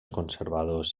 conservadors